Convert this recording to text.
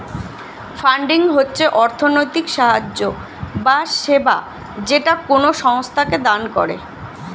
funding হচ্ছে অর্থনৈতিক সাহায্য বা সেবা যেটা কোনো সংস্থাকে দান করে